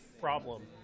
problem